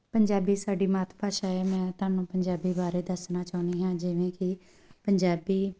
ਪੰਜਾਬੀ ਸਾਡੀ ਮਾਤ ਭਾਸ਼ਾ ਹੈ ਮੈਂ ਤੁਹਾਨੂੰ ਪੰਜਾਬੀ ਬਾਰੇ ਦੱਸਣਾ ਚਾਹੁੰਦੀ ਹਾਂ ਜਿਵੇਂ ਕਿ ਪੰਜਾਬੀ